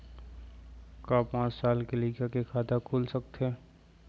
का पाँच साल के लइका के खाता खुल सकथे?